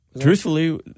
truthfully